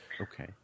Okay